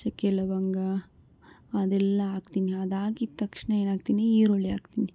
ಚಕ್ಕೆ ಲವಂಗ ಅದೆಲ್ಲ ಹಾಕ್ತೀನಿ ಅದಾಕಿದ ತಕ್ಷಣ ಏನು ಹಾಕ್ತೀನಿ ಈರುಳ್ಳಿ ಹಾಕ್ತೀನಿ